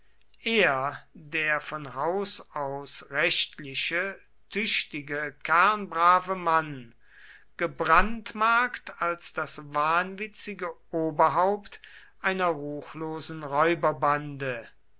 er der von haus aus rechtliche tüchtige kernbrave mann gebrandmarkt als das wahnwitzige oberhaupt einer ruchlosen räuberbande